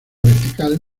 vertical